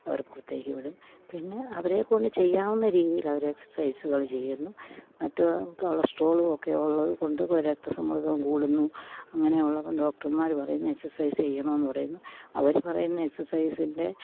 അവര് പുറത്തേക്ക് വിടും പിന്നെ അവരെക്കൊണ്ട് ചെയ്യാവുന്ന രീതിയിലവര് എക്സര്സൈസ്കള് ചെയ്യുന്നു മറ്റ് കൊളസ്ട്രോളും ഒക്കെ ഉള്ളത് കൊണ്ട് രക്ത സമ്മര്ദ്ദം കൂടുന്നു അങ്ങനെ ഉള്ളപ്പം ഡോക്ടര്മാര് പറയുന്നു എക്സര്സൈസ് ചെയ്യണമെന്ന് പറയുന്നു അവര് പറയുന്ന എക്സര്സൈസിന്റെ